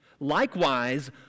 Likewise